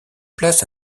place